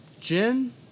Gin